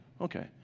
Okay